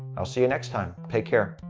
i'll see you next time. take care!